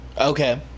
Okay